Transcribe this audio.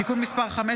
אדוני היושב-ראש,